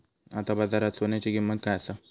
आता बाजारात सोन्याची किंमत काय असा?